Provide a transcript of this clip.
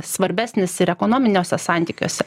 svarbesnis ir ekonominiuose santykiuose